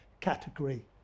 category